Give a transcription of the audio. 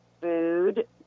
food